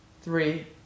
three